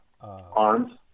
Arms